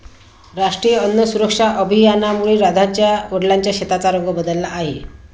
राष्ट्रीय अन्न सुरक्षा अभियानामुळे राधाच्या वडिलांच्या शेताचा रंग बदलला आहे